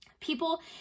People